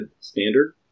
standard